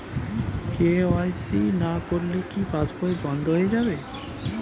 KYC না করলে কি পাশবই বন্ধ হয়ে যাবে?